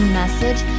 message